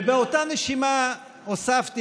ובאותה נשימה הוספתי,